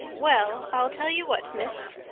well, i'll tell you what, miss,